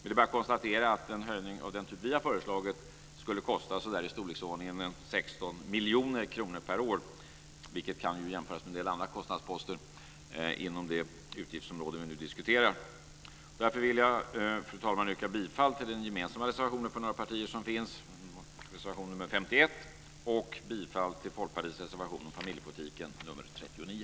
En höjning av den omfattning vi har föreslagit skulle kosta ca 16 miljoner kronor per år, vilket kan jämföras med en del andra kostnadsposter inom det utgiftsområde vi nu diskuterar. Därför vill jag, fru talman, yrka bifall till den gemensamma reservationen från några partier, nämligen reservation nr 51, och jag yrkar bifall till Folkpartiets reservation om familjepolitiken nr 39.